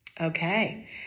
Okay